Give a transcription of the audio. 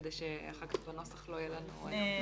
כדי שאחר כך בנוסח לא יהיה לנו --- מהפרסום.